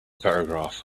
paragraph